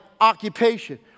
occupation